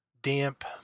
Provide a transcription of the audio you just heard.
Damp